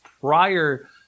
prior